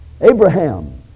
Abraham